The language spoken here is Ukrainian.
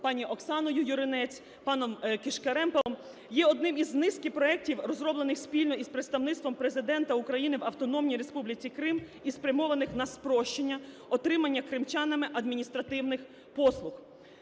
пані Оксаною Юринець, паном Кишкарем Павлом, є одним із низки проектів, розроблених спільно з Представництвом Президента України в Автономній Республіці Крим і спрямованих на спрощення отримання кримчанами адміністративних послуг.